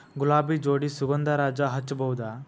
ಗುಲಾಬಿ ಜೋಡಿ ಸುಗಂಧರಾಜ ಹಚ್ಬಬಹುದ?